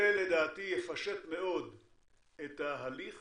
זה לדעתי יפשט מאוד את ההליך